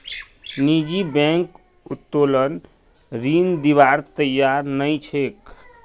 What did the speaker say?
निजी बैंक उत्तोलन ऋण दिबार तैयार नइ छेक